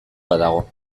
badago